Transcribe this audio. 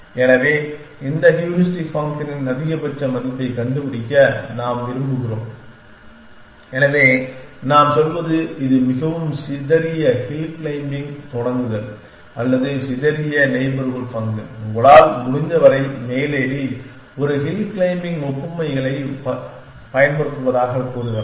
எனவே இந்த ஹூரிஸ்டிக் ஃபங்க்ஷனின் அதிகபட்ச மதிப்பைக் கண்டுபிடிக்க நாம் விரும்புகிறோம் எனவே நாம் சொல்வது இது மிகவும் சிதறிய ஹில் கிளிம்பிங்கில் தொடங்குதல் அல்லது சிதறிய நெய்பர்ஹூட் ஃபங்க்ஷன் உங்களால் முடிந்தவரை மேலேறி ஒரு ஹில் கிளிம்பிங் ஒப்புமைகளைப் பயன்படுத்துவதாகக் கூறுகிறது